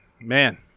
man